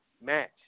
match